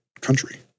country